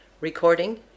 Recording